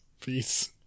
peace